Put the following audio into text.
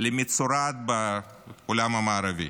למצורעת בעולם המערבי.